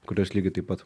kurios lygiai taip pat